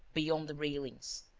beyond the railings.